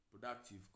productive